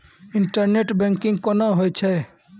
Internet banking कोना होय छै?